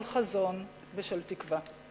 של חזון ושל תקווה.